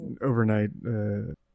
overnight